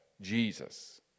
Jesus